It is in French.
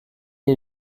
est